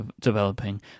developing